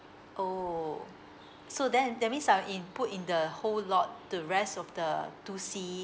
oh so then that means I'll in put in the whole lot the rest of the two C